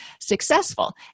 successful